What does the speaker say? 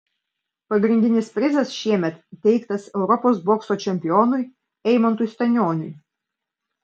pagrindinis prizas šiemet įteiktas europos bokso čempionui eimantui stanioniui